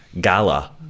gala